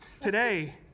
Today